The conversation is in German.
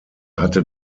hatte